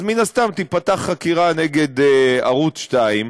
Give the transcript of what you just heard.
אז מן הסתם תיפתח חקירה נגד ערוץ 2,